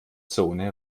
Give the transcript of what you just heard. zone